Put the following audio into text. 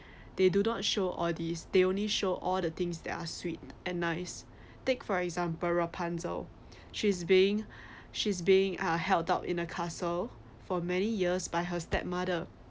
they do don't show all these they only show all the things that are sweet and nice take for example rapunzel she's being she's being ah held out in a castle for many years by her stepmother